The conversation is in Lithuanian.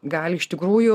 gali iš tikrųjų